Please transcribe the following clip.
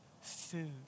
food